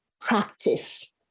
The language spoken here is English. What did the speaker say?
practice